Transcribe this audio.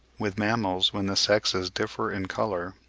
with mammals, when the sexes differ in colour,